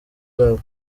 babo